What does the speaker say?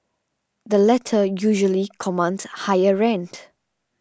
the letter usually commands higher rent